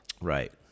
right